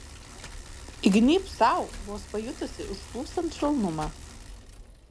įgnybk sau vos pajutusi užplūstant švelnumą